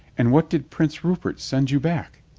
and what did prince rupert send you back?